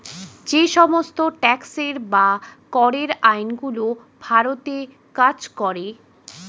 যে সমস্ত ট্যাক্সের বা করের আইন গুলো ভারতে কাজ করে